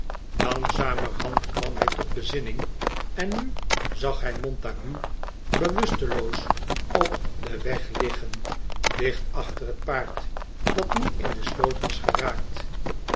langzamerhand kwam hij tot bezinning en nu zag hij montague bewusteloos op den weg liggen dicht achter het paard dat niet in de sloot was geraakt